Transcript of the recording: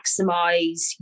maximize